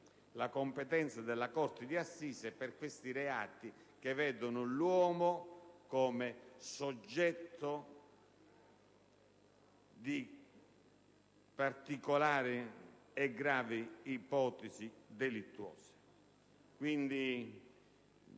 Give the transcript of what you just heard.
estesa quella della corte di assise per i reati che vedono l'uomo come soggetto di particolari e gravi ipotesi delittuose.